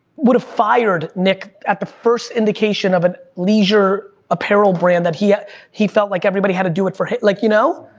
would've fired nick at the first indication of a leisure apparel brand, he ah he felt like everybody had to do it for him, like you know?